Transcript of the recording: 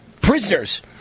prisoners